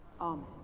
Amen